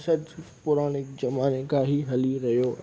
असांजी पुराणी ज़माने खां ई हली रहियो